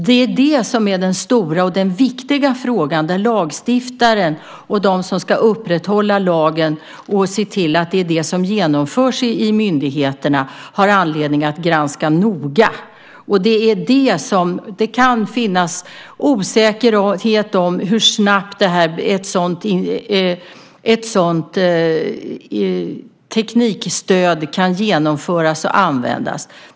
Det är den stora och viktiga frågan som lagstiftare och de som ska upprätthålla lagen och se till att detta genomförs i myndigheterna har anledning att granska noga. Det kan finnas osäkerhet om hur snabbt ett sådant teknikstöd kan genomföras och användas.